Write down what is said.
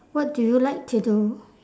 what do you like to do